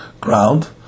ground